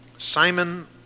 Simon